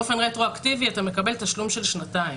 אז באופן רטרואקטיבי מקבלים תשלום גבוה,